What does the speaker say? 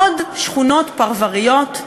עוד שכונות פרבריות,